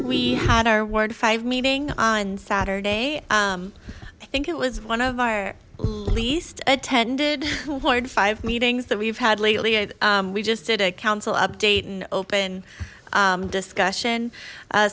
we had our ward five meeting on saturday um i think it was one of our least attended ward five meetings that we've had lately it we just did a council update and open discussion